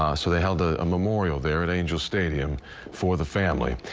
ah so they held a a memorial there at angels stadium for the family.